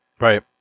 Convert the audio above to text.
Right